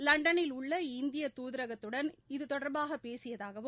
லண்டனில் உள்ள இந்திய தூதரகத்துடன் இதுதொடர்பாக பேசியதாகவும்